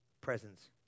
presence